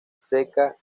seca